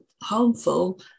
harmful